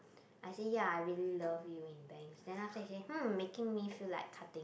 I say ya I really love you in bangs then after that she say hmm making me feel like cutting